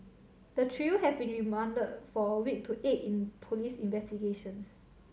the trio have been remanded for a week to aid in police investigations